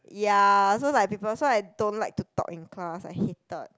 ya so like people so I don't like to talk in class I hated